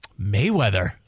Mayweather